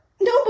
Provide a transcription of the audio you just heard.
No